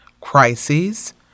crises